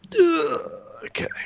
Okay